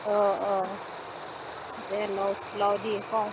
অ' অ' দে লওঁ লওঁ দে কওঁ